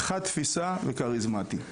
חד תפיסה וכריזמטי.